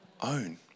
own